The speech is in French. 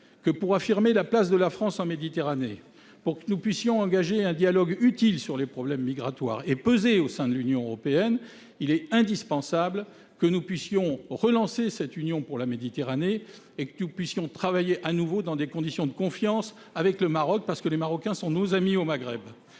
Pour affirmer la place de la France en Méditerranée, engager un dialogue utile sur les problèmes migratoires et peser au sein de l'Union européenne, il est indispensable que nous relancions l'Union pour la Méditerranée et que nous puissions travailler de nouveau, dans des conditions de confiance, avec le Maroc, parce que les Marocains sont nos amis au Maghreb.